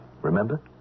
Remember